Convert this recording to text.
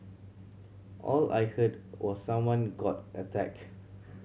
all I heard was someone got attacked